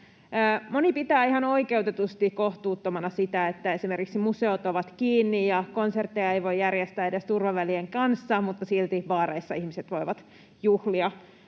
Moni pitää ihan oikeutetusti kohtuuttomana sitä, että esimerkiksi museot ovat kiinni ja konsertteja ei voi järjestää edes turvavälien kanssa mutta silti baareissa ihmiset voivat juhlia.